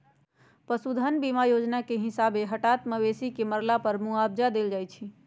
पशु धन बीमा जोजना के हिसाबे हटात मवेशी के मरला पर मुआवजा देल जाइ छइ